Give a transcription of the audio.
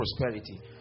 prosperity